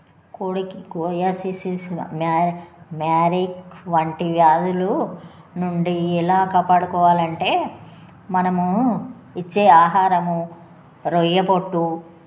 కోడికి psittacosis Marek వంటి వ్యాధుల నుండి ఎలా కాపాడుకోవాలంటే అంటే మనమూ ఇచ్చే ఆహారము రొయ్యపొట్టు